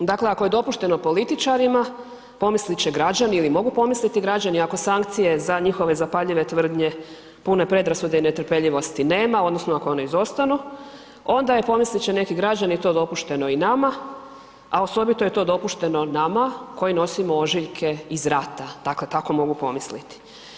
Dakle, ako je dopušteno političarima, pomislit će građani ili mogu pomisliti građani, ako sankcije za njihove zapaljive tvrdnje pune predrasude ili netrpeljivosti, nema odnosno ako one izostanu, onda je pomislit će neki građani, to dopušteno i nama a osobito je to dopušteno nama koji nosimo ožiljke iz rata, dakle tako mogu pomisliti.